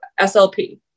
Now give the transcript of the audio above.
SLP